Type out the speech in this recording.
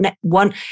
one